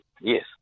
yes